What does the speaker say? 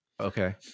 Okay